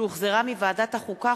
שהחזירה ועדת החוקה,